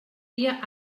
dia